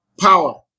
power